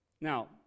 Now